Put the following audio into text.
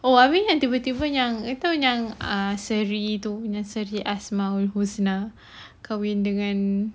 oh are we yang tiba-tiba yang you tahu yang err seri tu punya seri azmal ataupun husna kahwin dengan